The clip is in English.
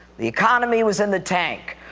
the economy was in the tank.